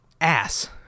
Ass